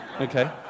Okay